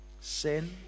Sin